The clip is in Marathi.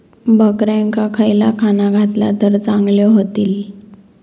बकऱ्यांका खयला खाणा घातला तर चांगल्यो व्हतील?